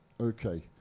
Okay